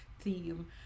theme